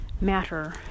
matter